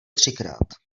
třikrát